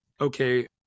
okay